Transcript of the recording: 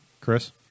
Chris